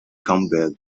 campbell